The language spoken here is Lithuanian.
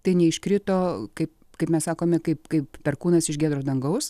tai neiškrito kaip kaip mes sakome kaip kaip perkūnas iš giedro dangaus